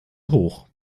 hoch